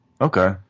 Okay